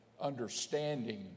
understanding